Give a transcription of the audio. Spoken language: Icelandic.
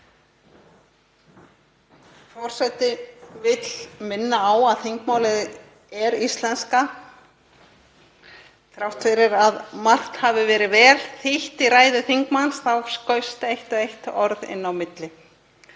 Forseti vill minna á að þingmálið er íslenska. Þrátt fyrir að margt hafi verið vel þýtt í ræðu þingmanns þá skaust eitt og eitt orð inn á milli.